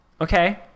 Okay